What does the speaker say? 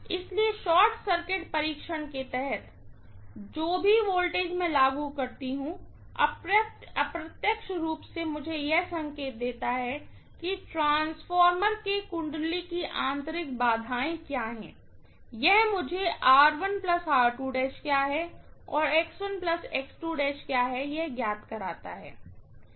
इसलिए short circuit परीक्षण के तहत जो भी वोल्टेज मैं लागू करती हूँ अप्रत्यक्ष रूप से यह मुझे संकेत देता है कि ट्रांसफार्मर केवाइंडिंग की आंतरिक बाधाएं क्या हैं यह मुझे क्या है और क्या है ज्ञात कराता है